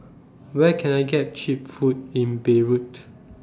Where Can I get Cheap Food in Beirut